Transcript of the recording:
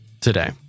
today